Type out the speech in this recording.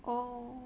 oh